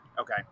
Okay